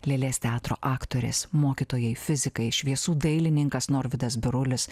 lėlės teatro aktorės mokytojai fizikai šviesų dailininkas norvydas birulis